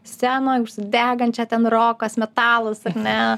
scenoj užsidegančią ten rokas metalas ar ne